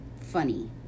funny